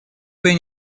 свои